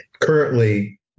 currently